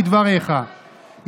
כדבריך,